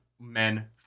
men